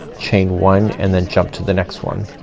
chain one and then jump to the next one.